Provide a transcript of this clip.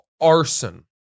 Arson